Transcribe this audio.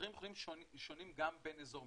המחירים יכולים להיות שונים גם בין אזורים.